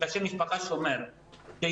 שם המשפחה שמור אצלי,